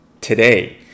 today